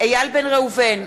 איל בן ראובן,